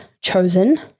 chosen